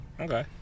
Okay